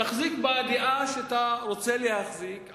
תחזיק בדעה שאתה רוצה להחזיק,